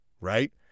right